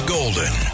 Golden